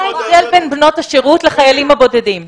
מה ההבדל בין בנות השירות לחיילים הבודדים,